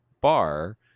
bar